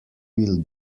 will